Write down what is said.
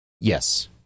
Yes